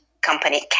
company